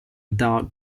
dark